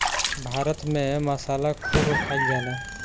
भारत में मसाला खूब खाइल जाला